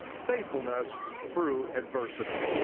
faithfulness through adversity.